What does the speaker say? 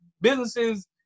businesses